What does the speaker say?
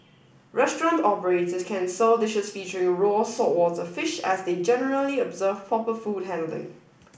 restaurant operators can sell dishes featuring raw saltwater fish as they generally observe proper food handling